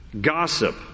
gossip